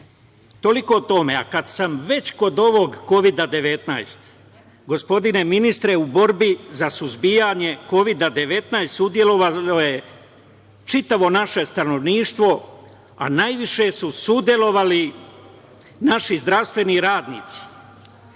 Toliko o tome. Kada sam već kod ovog Kovida-19, gospodine ministre u borbi za suzbijanje Kovida-19 sudelovalo je čitavo naše stanovništvo, a najviše su učestvovali naši zdravstveni radnici,